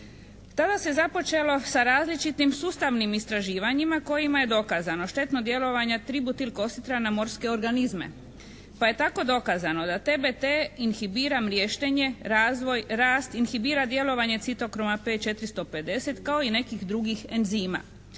Tada se započelo sa različitim sustavnim istraživanjima kojima je dokazano štetno djelovanje tributil kositra na morske organizme. Pa je tako dokazano da TBT inhibira mriještenje, razvoj, rast, inhibira djelovanje citokroma P450, kao i nekih drugih enzima.